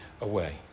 away